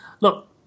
Look